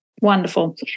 wonderful